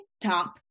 top